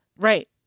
Right